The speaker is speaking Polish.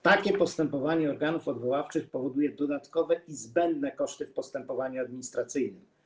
Takie postępowanie organów odwoławczych powoduje dodatkowe i zbędne koszty w postępowaniu administracyjnym.